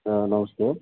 नमस्ते